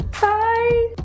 Bye